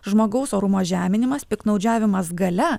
žmogaus orumo žeminimas piktnaudžiavimas galia